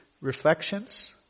reflections